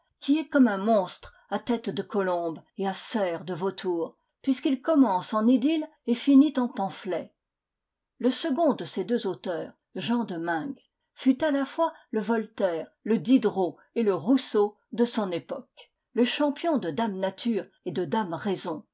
qui est comme un monstre à tête de colombe et à serres de vautour puisqu'il commence en idylle et finit en pamphlet le second de ses deux auteurs jean de meung fut à la fois le voltaire le diderot et le rousseau de son époque le champion de dame nature et de dame raison